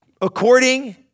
According